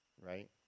right